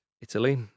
Italy